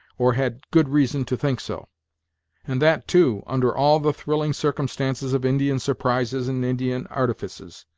or had good reason to think so and that, too, under all the thrilling circumstances of indian surprises and indian artifices.